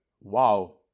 wow